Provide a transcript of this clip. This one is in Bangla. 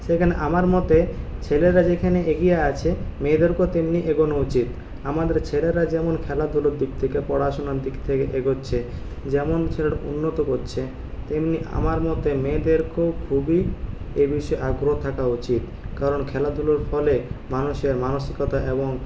সেখানে আমার মতে ছেলেরা যেখানে এগিয়ে আছে মেয়েদেরকেও তেমনি এগোনো উচিত আমাদের ছেলেরা যেমন খেলাধুলোর দিক থেকে পড়াশোনার দিক থেকে এগোচ্ছে যেমন ছেলেটা উন্নত করছে তেমনি আমার মতে মেয়েদেরকেও খুবই এ বিষয়ে আগ্রহ থাকা উচিত কারণ খেলাধুলোর ফলে মানুষের মানসিকতা এবং